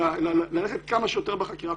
אלא ללכת כמה שיותר בחקירה.